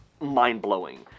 mind-blowing